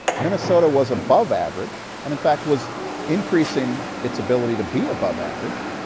minnesota was above average, and in fact, was increasing its ability to be above average.